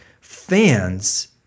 fans –